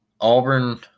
Auburn